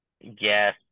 yes